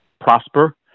prosper